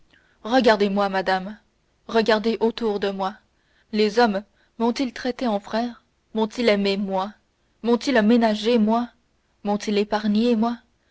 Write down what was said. regardez-moi madame regardez autour de moi les hommes m'ont-ils traité en frère m'ont-ils aimé moi m'ont-ils ménagé moi m'ont-ils épargné moi